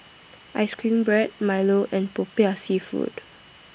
Ice Cream Bread Milo and Popiah Seafood